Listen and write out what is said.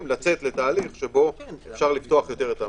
לצאת לתהליך שבו אפשר לפתוח יותר את המשק.